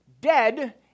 dead